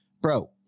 bro